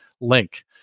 link